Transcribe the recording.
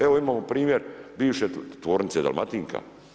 Evo imamo primjer bivše tvornice Dalmatinka.